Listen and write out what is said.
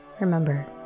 Remember